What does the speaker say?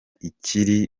ikiri